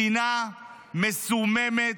מדינה מסוממת,